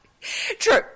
true